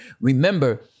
Remember